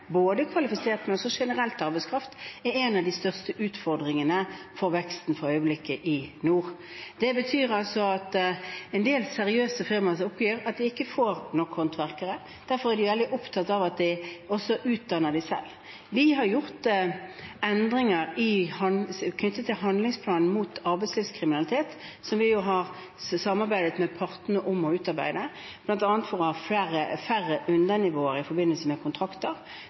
både kvalifisert og generell arbeidskraft, for øyeblikket er en av de største utfordringene for veksten i nord. Det betyr altså at det er en del seriøse firmaer som oppgir at de ikke får nok håndverkere. Derfor er de veldig opptatt av at de også utdanner dem selv. Vi har foretatt endringer knyttet til handlingsplanen mot arbeidslivskriminalitet, som vi jo har samarbeidet med partene om å utarbeide, bl.a. for å ha færre undernivåer i forbindelse med kontrakter